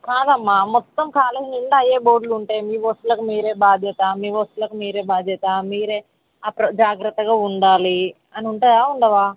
కాదమ్మా మొత్తం కాలేజ్ నిండా అయ్యే బోర్డ్లు ఉంటాయి మీ వస్తువులకు మీరే బాధ్యత మీ వస్తువులకు మీరే బాధ్యత మీరే అప్ర జాగ్రత్తగా ఉండాలి అని ఉంటాయా ఉండవా